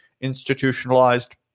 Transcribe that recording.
institutionalized